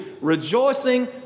rejoicing